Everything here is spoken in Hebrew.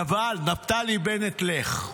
נבל, נפתלי בנט, לך.